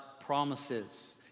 promises